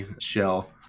shell